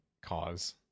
cause